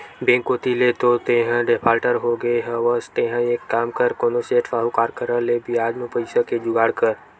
bank कोती ले तो तेंहा डिफाल्टर होगे हवस तेंहा एक काम कर कोनो सेठ, साहुकार करा ले बियाज म पइसा के जुगाड़ कर